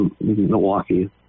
Milwaukee